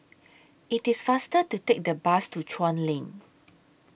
IT IS faster to Take The Bus to Chuan Lane